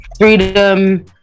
freedom